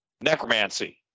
necromancy